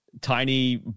tiny